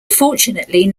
fortunately